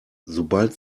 sobald